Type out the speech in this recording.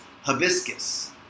hibiscus